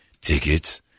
tickets